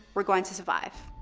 we're going to survive.